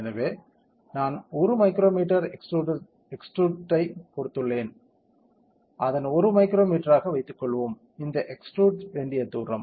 எனவே நான் 1 micrometre எக்ஸ்ட்ரூட்ஷனை கொடுத்துள்ளேன் அதன் 1 மைக்ரோமீட்டராக வைத்துக்கொள்வோம் இது எக்ஸ்ட்ரூட் வேண்டிய தூரம்